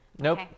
Nope